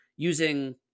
Using